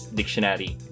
dictionary